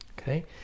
Okay